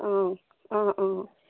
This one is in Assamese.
অঁ অঁ অঁ